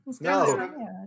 No